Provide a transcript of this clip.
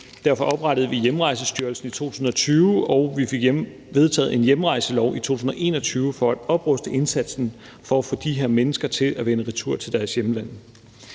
Derfor oprettede vi Hjemrejsestyrelsen i 2020, og vi fik vedtaget en hjemrejselov i 2021 for at opruste indsatsen for at få de her mennesker til at vende retur til deres hjemlande.